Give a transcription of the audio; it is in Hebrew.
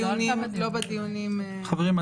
לא בדיונים ------ חברים,